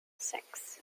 six